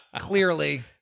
Clearly